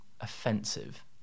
offensive